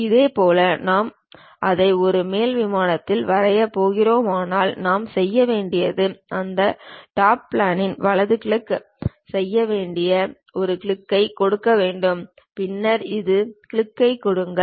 இதேபோல் நாம் அதை ஒரு மேல் விமானத்தில் வரையப் போகிறோமானால் நாம் செய்ய வேண்டியது அந்த டாப் பிளானில் வலது கிளிக் செய்ய வேண்டிய ஒரு கிளிக்கைக் கொடுக்க வேண்டும் பின்னர் இடது கிளிக்கைக் கொடுங்கள்